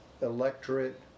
electorate